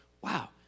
wow